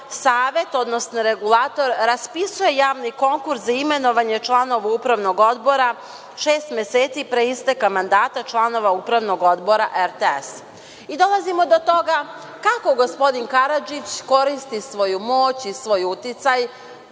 odnosno regulator raspisuje javni konkurs za imenovanje članova upravnog odbora, šest meseci pre isteka mandata članova Upravnog odbora RTS.Dolazimo do toga kako gospodin Karadžić koristi svoju moć i svoj uticaj,